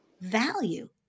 value